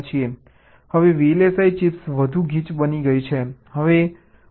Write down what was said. હવે VLSI chips વધુ ગીચ બની ગઈ છે